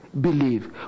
believe